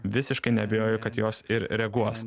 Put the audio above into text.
visiškai neabejoju kad jos ir reaguos